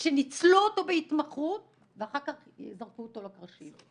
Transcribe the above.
שניצלו אותו בהתמחרות, ואחר כך זרקו אותו לקרשים.